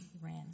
ran